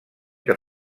que